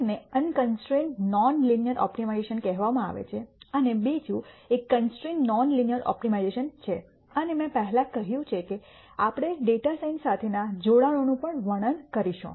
એકને unconstrained non linear optimization કહેવામાં આવે છે અને બીજો એક કન્સ્ટ્રેન્ડ નોન લિનીઅર ઓપ્ટિમાઇઝેશન છે અને મેં પહેલાં કહ્યું છે કે આપણે ડેટા સાયન્સ સાથેના જોડાણોનું પણ વર્ણન કરીશું